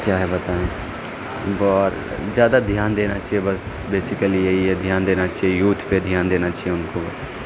کیا ہے بتائیں بہت زیادہ دھیان دینا چاہیے بس بیسیکلی یہی ہے دھیان دینا چاہیے یوتھ پہ دھیان دینا چاہیے ان کو